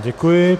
Děkuji.